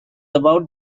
about